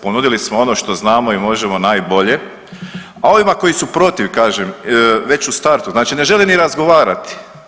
Ponudili smo ono što znamo i možemo najbolje, a ovima koji su protiv, kažem, već u startu, znači ne žele ni razgovarati.